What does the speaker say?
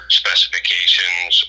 specifications